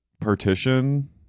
partition